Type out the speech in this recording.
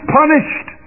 punished